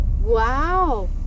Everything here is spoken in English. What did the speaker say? Wow